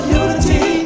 unity